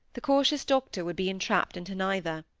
the cautious doctor would be entrapped into neither.